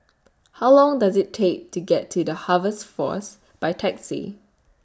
How Long Does IT Take to get to The Harvest Force By Taxi